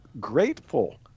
grateful